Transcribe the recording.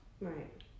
Right